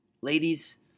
Ladies